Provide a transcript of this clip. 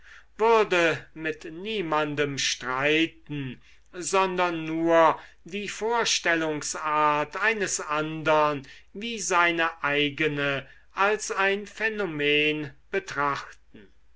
würde mit niemanden streiten sondern nur die vorstellungsart eines andern wie seine eigene als ein phänomen betrachten